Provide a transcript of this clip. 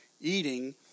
eating